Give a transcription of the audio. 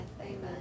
Amen